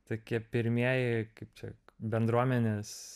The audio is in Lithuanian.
tokie pirmieji kaip čia bendruomenės